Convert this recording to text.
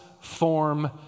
form